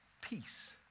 peace